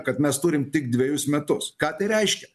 kad mes turim tik dvejus metus ką tai reiškia